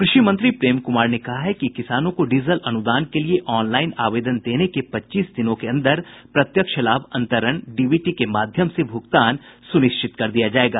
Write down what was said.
कृषि मंत्री प्रेम कुमार ने कहा है कि किसानों को डीजल अनुदान के लिये ऑनलाईन आवेदन देने के पच्चीस दिनों के अंदर प्रत्यक्ष लाभ अंतरण डीबीटी के माध्यम से भुगतान सुनिश्चित कर दिया जायेगा